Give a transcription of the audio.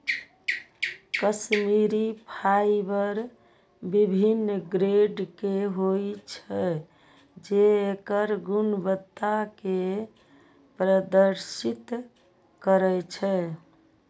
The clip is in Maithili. कश्मीरी फाइबर विभिन्न ग्रेड के होइ छै, जे एकर गुणवत्ता कें प्रदर्शित करै छै